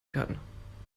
kann